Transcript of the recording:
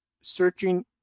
searching